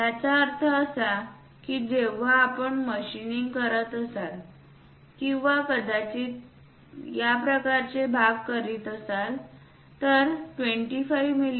याचा अर्थ असा की जेव्हा आपण मशीनिंग करीत असाल किंवा कदाचित या प्रकारचे भाग तयार करीत असाल तर 25 मि